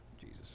Jesus